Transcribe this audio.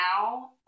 now